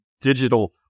digital